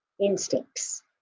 instincts